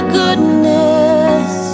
goodness